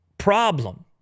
problem